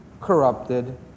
corrupted